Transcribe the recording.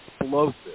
explosive